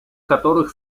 которых